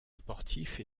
sportifs